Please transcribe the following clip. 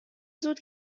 زود